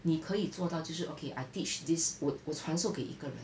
你可以做到就是 okay I teach this 我我传授给你一个人